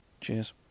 Cheers